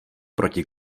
proti